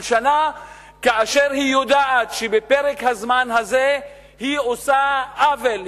שנה כאשר היא יודעת שבפרק הזמן הזה היא עושה עוול,